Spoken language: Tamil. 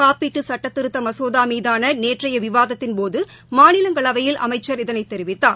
காப்பீட்டு கட்ட திருத்த மசோதா மீதான நேற்றைய விவாதத்தின்போது மாநிலங்களவையில் அமைச்சர் இதனை தெிவித்தார்